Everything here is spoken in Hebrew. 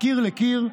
מקיר לקיר,